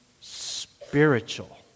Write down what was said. spiritual